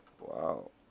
Wow